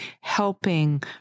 helping